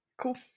Cool